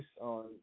on